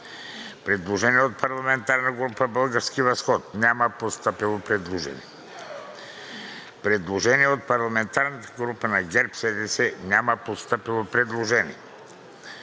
Предложение от парламентарната група на „Български възход“. Няма постъпило предложение. Предложение от парламентарната група на ГЕРБ-СДС. Няма постъпило предложение.